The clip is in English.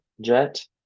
jet